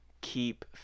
keep